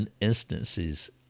instances